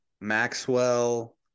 Maxwell